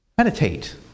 Meditate